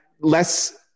less